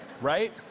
Right